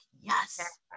yes